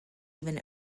even